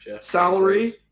Salary